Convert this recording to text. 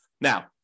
Now